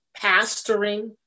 pastoring